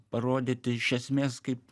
parodyti iš esmės kaip